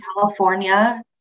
California